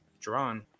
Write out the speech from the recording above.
drawn